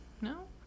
No